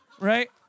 Right